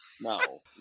No